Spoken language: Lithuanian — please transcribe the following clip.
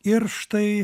ir štai